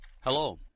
Hello